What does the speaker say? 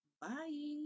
Bye